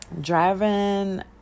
Driving